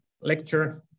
lecture